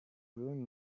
ruin